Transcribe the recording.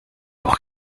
pour